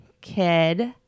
kid